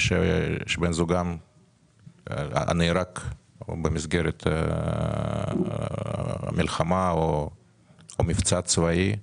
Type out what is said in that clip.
שבן זוגן נהרג במסגרת המלחמה או מבצע צבאי.